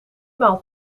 maal